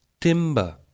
timber